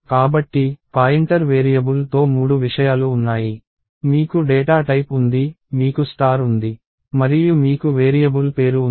కాబట్టి పాయింటర్ వేరియబుల్తో మూడు విషయాలు ఉన్నాయి మీకు డేటా టైప్ ఉంది మీకు స్టార్ ఉంది మరియు మీకు వేరియబుల్ పేరు ఉంది